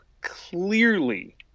clearly